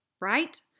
right